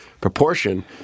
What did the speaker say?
proportion